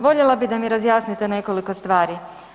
Voljela bih da mi razjasnite nekoliko stvari.